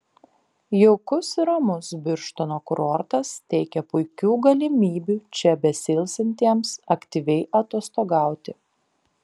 jaukus ir ramus birštono kurortas teikia puikių galimybių čia besiilsintiems aktyviai atostogauti